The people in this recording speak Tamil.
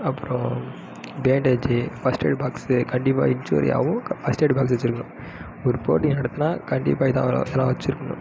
அப்றம் பேண்டேஜி ஃபஸ்ட்டெய்டு பாக்ஸு கண்டிப்பா இஞ்சூரி ஆகும் ஃபஸ்ட்டெய்டு பாக்ஸு வச்சிருக்கணும் ஒரு போட்டி நடத்தினா கண்டிப்பாக இது இதல்லாம் வச்சுருக்கணும்